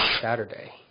Saturday